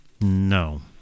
No